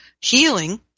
healing